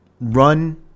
run